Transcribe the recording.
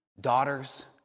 daughters